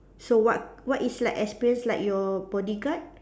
so what what is like experience like your bodyguard